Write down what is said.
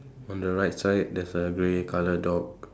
on the right side there's a grey colour dog